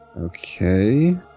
Okay